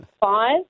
Five